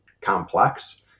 complex